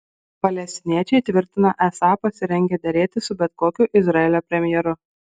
palestiniečiai tvirtina esą pasirengę derėtis su bet kokiu izraelio premjeru